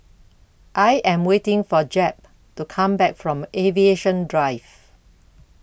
I Am waiting For Jep to Come Back from Aviation Drive